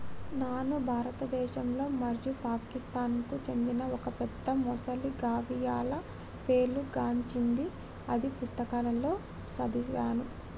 నాను భారతదేశంలో మరియు పాకిస్తాన్లకు చెందిన ఒక పెద్ద మొసలి గావియల్గా పేరు గాంచింది అని పుస్తకాలలో సదివాను